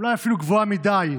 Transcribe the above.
אולי אפילו גבוהה מדי,